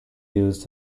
used